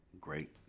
great